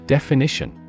Definition